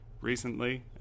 recently